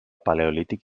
paleolític